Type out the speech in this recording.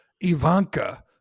Ivanka